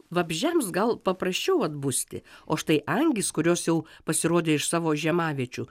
vabzdžiams gal paprasčiau atbusti o štai angys kurios jau pasirodė iš savo žiemaviečių